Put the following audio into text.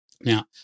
Now